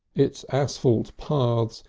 its asphalt paths,